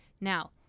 Now